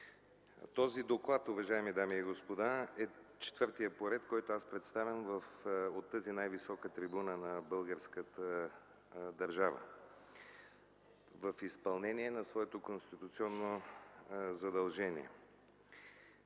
Този доклад, уважаеми дами и господа, е четвъртият по ред, който аз представям от тази най-висока трибуна на българската държава, в изпълнение на своето конституционно задължение.